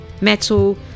metal